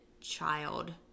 child